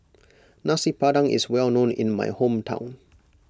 Nasi Padang is well known in my hometown